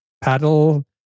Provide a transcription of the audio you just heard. Paddle